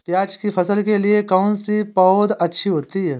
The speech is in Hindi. प्याज़ की फसल के लिए कौनसी पौद अच्छी होती है?